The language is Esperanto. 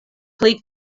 pli